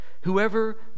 Whoever